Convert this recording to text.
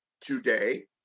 today